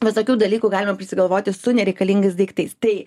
visokių dalykų galima prisigalvoti su nereikalingais daiktais tai